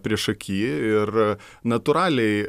priešaky ir natūraliai